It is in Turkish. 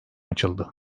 açıldı